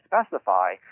specify